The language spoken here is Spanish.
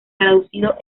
traducido